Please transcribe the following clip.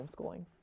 homeschooling